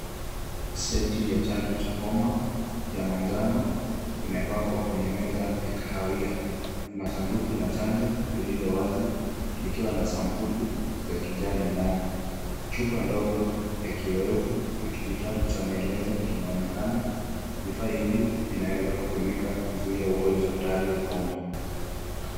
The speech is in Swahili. Seti ya chanjo cha homa ya manjano imepangwa kwenye meza ya kahawian, sanduku ya chanjo lililo wasi likiwa na sambuli za kijani ndani, chupa ndogo ya kiwevu na kijitabu cha maelezo kinaonekana, vifaa hivi vinaweza kutumika kuzuia ugonjwa hatari ya homa.